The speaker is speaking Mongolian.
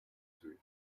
зүйл